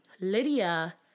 Lydia